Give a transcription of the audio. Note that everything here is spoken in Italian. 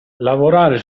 lavorare